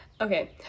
Okay